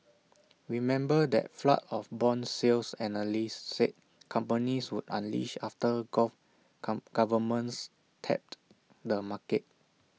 remember that flood of Bond sales analysts said companies would unleash after gulf governments tapped the market